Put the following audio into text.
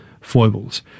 foibles